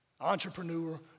entrepreneur